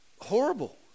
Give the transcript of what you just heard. horrible